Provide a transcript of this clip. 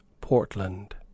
Portland